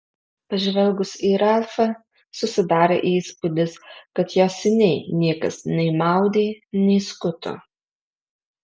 pažvelgus į ralfą susidarė įspūdis kad jo seniai niekas nei maudė nei skuto